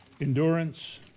endurance